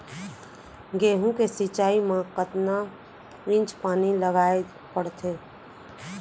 गेहूँ के सिंचाई मा कतना इंच पानी लगाए पड़थे?